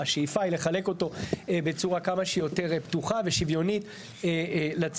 השאיפה היא לחלק אותו בצורה כמה שיותר פתוחה ושוויונית לציבור.